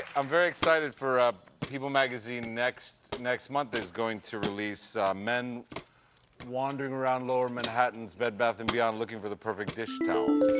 i'm very excited for people magazine next next month is going to release men wandering around lower manhattan's bed, bath and beyond looking for the perfect dish towel.